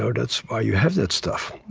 so that's why you have that stuff.